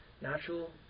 Natural